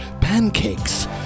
pancakes